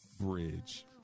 bridge